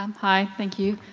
um hi, thank you.